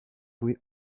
joué